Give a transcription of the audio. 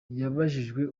yabajijwe